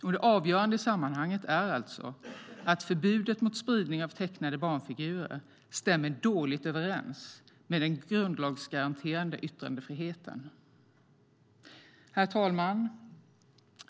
Och det avgörande i sammanhanget är alltså att förbudet mot spridning av tecknade barnfigurer stämmer dåligt överens med den grundlagsgaranterade yttrandefriheten. Herr talman!